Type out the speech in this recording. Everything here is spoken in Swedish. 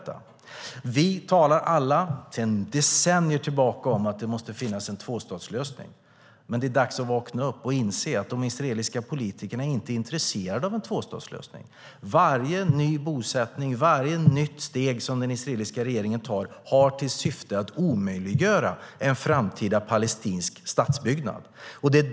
Sedan decennier tillbaka talar vi alla om att det måste finnas en tvåstatslösning. Det är dags att vakna upp och inse att de israeliska politikerna inte är intresserade av en tvåstatslösning. Varje ny bosättning, varje nytt steg som den israeliska regeringen tar, har till syfte att omöjliggöra en framtida palestinsk statsbyggnad.